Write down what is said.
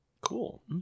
Cool